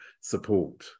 support